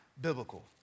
biblical